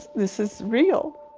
this is real.